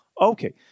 Okay